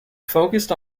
focused